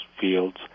fields